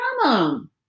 problem